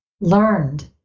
learned